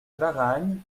baragne